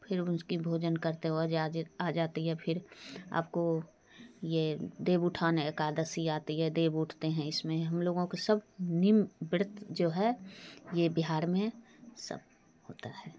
फिर उसका भोजन करते हुए आ जाते हैं फिर आपको ये देव उठान एकादसी आती है देव उठते हैं इसमें हम लोगों के सब निम व्रत जो है ये बिहार में सब होता है